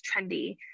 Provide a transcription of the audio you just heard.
trendy